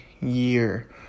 year